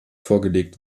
vorgelegt